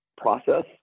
process